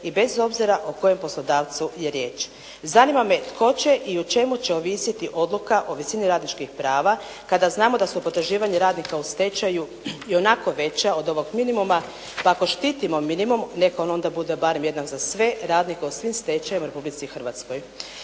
i bez obzira o kojem poslodavcu je riječ. Zanima me tko će i o čemu će ovisiti odluka o visini radničkih prava kada znamo da su potraživanja radnika u stečaju ionako veća od ovog minimuma, pa ako štitimo minimum nek on onda bude barem jedan za sve radnike u svim stečajevima u Republici Hrvatskoj.